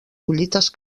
collites